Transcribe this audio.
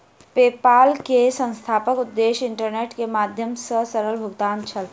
PayPal के संस्थापकक उद्देश्य इंटरनेटक माध्यम सॅ सरल भुगतान छल